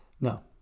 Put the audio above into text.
No